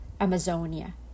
Amazonia